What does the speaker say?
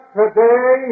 today